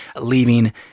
leaving